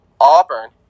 Auburn